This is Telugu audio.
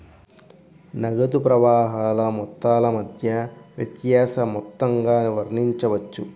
నగదు ప్రవాహాల మొత్తాల మధ్య వ్యత్యాస మొత్తంగా వర్ణించవచ్చు